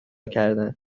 کردن